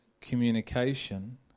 communication